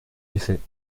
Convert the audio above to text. effet